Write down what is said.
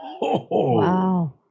Wow